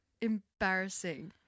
embarrassing